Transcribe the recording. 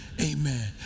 amen